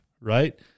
Right